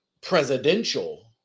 presidential